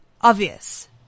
obvious